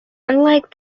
unlike